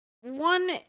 one